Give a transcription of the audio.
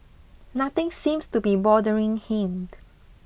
nothing seems to be bothering him